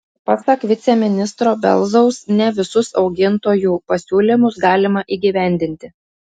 pasak viceministro belzaus ne visus augintojų pasiūlymus galima įgyvendinti